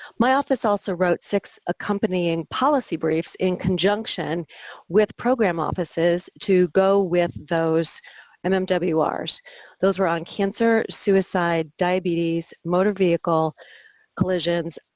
my office also wrote six accompanying policy briefs in conjunction with program offices to go with those um um mmwrs. those were on cancer, suicide, diabetes, motor vehicle collisions,